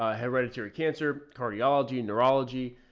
ah hereditary cancer, cardiology, and neurology,